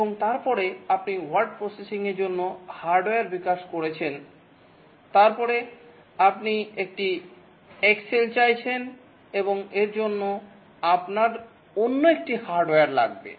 এবং তারপরে আপনি ওয়ার্ড প্রসেসিংয়ের জন্য হার্ডওয়্যার বিকাশ করেছেন তারপরে আপনি একটি এক্সেল চাইছেন এবং এর জন্য আপনার অন্য একটি হার্ডওয়্যার লাগবে